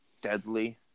deadly